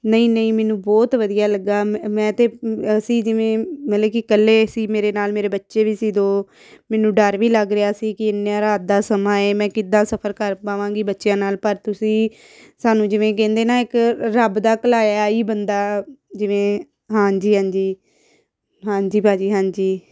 ਨਹੀਂ ਨਹੀਂ ਮੈਨੂੰ ਬਹੁਤ ਵਧੀਆ ਲੱਗਿਆ ਮੈਂ ਮੈਂ ਅਤੇ ਅਸੀਂ ਜਿਵੇਂ ਮਤਲਬ ਕਿ ਇਕੱਲੇ ਸੀ ਮੇਰੇ ਨਾਲ ਮੇਰੇ ਬੱਚੇ ਵੀ ਸੀ ਦੋ ਮੈਨੂੰ ਡਰ ਵੀ ਲੱਗ ਰਿਹਾ ਸੀ ਕਿ ਇੰਨਾ ਰਾਤ ਦਾ ਸਮਾਂ ਹੈ ਮੈਂ ਕਿੱਦਾਂ ਸਫ਼ਰ ਕਰ ਪਾਵਾਂਗੀ ਬੱਚਿਆਂ ਨਾਲ ਪਰ ਤੁਸੀਂ ਸਾਨੂੰ ਜਿਵੇਂ ਕਹਿੰਦੇ ਨਾ ਇੱਕ ਰੱਬ ਦਾ ਘਲਾਇਆ ਹੀ ਬੰਦਾ ਜਿਵੇਂ ਹਾਂਜੀ ਹਾਂਜੀ ਹਾਂਜੀ ਭਾਅ ਜੀ ਹਾਂਜੀ